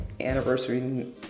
anniversary